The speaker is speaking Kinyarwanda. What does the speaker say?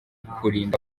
kurinda